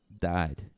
died